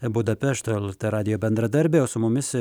budapešto lrt radijo bendradarbė o su mumis